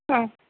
ஆ